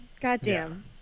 Goddamn